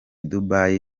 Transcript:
dubai